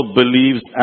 believes